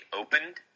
opened